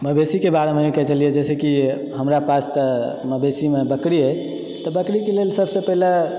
मवेशीके बारेमे इ कहय छलियैकि हमरा पास तऽ मवेशीमे बकरी अछि तऽ बकरीके लेल सभसँ पहिले